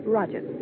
Roger